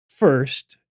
first